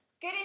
Good